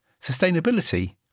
sustainability